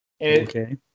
Okay